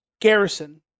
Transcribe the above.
Garrison